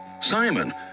Simon